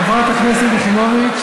חברת הכנסת יחימוביץ,